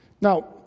Now